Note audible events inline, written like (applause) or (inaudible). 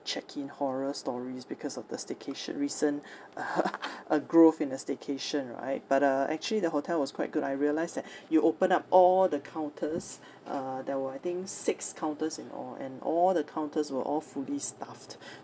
check in horror stories because of the staycation recent (laughs) a growth in the staycation right but uh actually the hotel was quite good I realised that you open up all the counters uh there were I think six counters in all and all the counters were all fully staffed